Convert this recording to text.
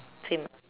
same